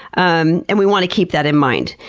um and we want to keep that in mind.